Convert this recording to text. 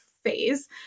phase